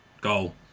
goal